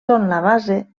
del